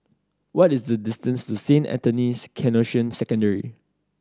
what is the distance to Saint Anthony's Canossian Secondary